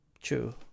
True